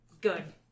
good